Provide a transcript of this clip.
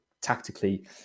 tactically